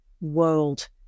world